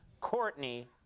Courtney